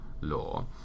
law